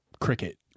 cricket